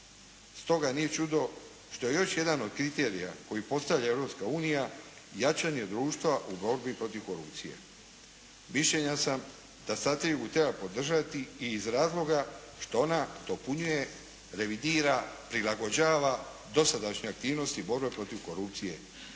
Stoga nije čudo što je još jedan od kriterija koji postavlja Europska unija jačanje društva u borbi protiv korupcije. Mišljenja sam da strategiju treba podržati i iz razloga što ona dopunjuje, revidira, prilagođava dosadašnje aktivnosti borbe protiv korupcije